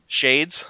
Shades